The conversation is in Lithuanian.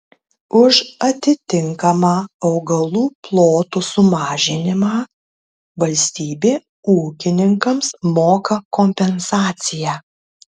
už atitinkamą augalų plotų sumažinimą valstybė ūkininkams moka kompensaciją